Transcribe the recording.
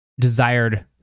desired